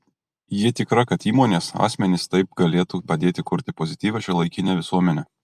ji tikra kad įmonės asmenys taip galėtų padėti kurti pozityvią šiuolaikinę visuomenę